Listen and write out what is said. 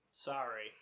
Sorry